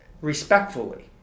respectfully